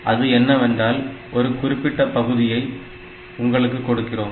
அது என்னவென்றால் ஒரு குறிப்பிட்ட பகுதியை உங்களுக்கு கொடுக்கிறோம்